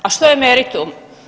A što je meritum?